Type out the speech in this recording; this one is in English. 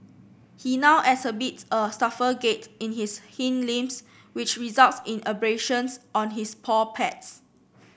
he now exhibits a stiffer gait in his hind limbs which results in abrasions on his paw pads